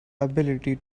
ability